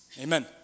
Amen